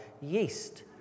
Yeast